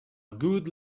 good